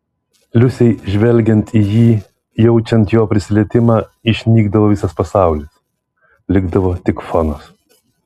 liusei žvelgiant į jį jaučiant jo prisilietimą išnykdavo visas pasaulis likdavo tik fonas